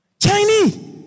Chinese